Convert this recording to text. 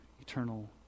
eternal